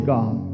God